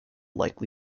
likely